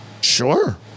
Sure